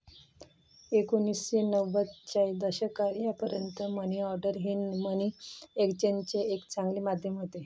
एकोणीसशे नव्वदच्या दशकापर्यंत मनी ऑर्डर हे मनी एक्सचेंजचे एक चांगले माध्यम होते